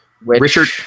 Richard